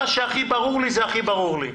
מה שהכי ברור לי זה הכי ברור לי.